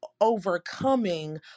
overcoming